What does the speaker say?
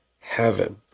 heaven